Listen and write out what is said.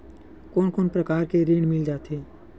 कोन कोन प्रकार के ऋण मिल जाथे?